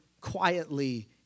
quietly